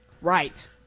Right